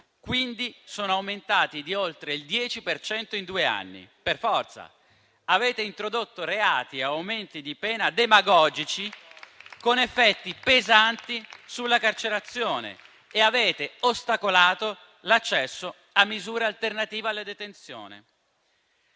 Quindi, sono aumentati di oltre il 10 per cento in due anni. Per forza: avete introdotto reati e aumenti di pena demagogici, con effetti pesanti sulla carcerazione e avete ostacolato l'accesso a misure alternative alla detenzione.